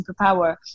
superpower